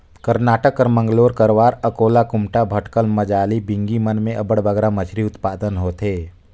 करनाटक कर मंगलोर, करवार, अकोला, कुमटा, भटकल, मजाली, बिंगी मन में अब्बड़ बगरा मछरी उत्पादन होथे